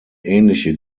ähnliche